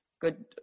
good